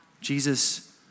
Jesus